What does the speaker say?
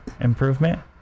improvement